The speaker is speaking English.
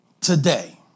today